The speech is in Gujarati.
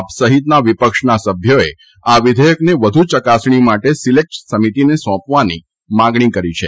આપ સહિતના વિપક્ષના સભ્યોએ આ વિઘેયકને વધુ ચકાસણી માટે સીલેક્ટ સમિતીને સોંપવાની માગણી કરી છે